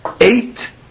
eight